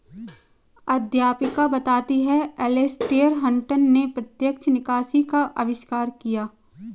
अध्यापिका बताती हैं एलेसटेयर हटंन ने प्रत्यक्ष निकासी का अविष्कार किया